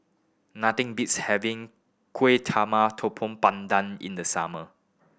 nothing beats having kuih talma topong pandan in the summer